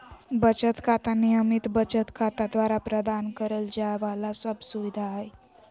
बचत खाता, नियमित बचत खाता द्वारा प्रदान करल जाइ वाला सब सुविधा हइ